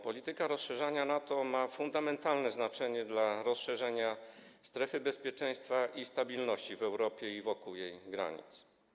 Polityka rozszerzania NATO ma fundamentalne znaczenie dla rozszerzenia strefy bezpieczeństwa i stabilności w Europie i wokół jej granic.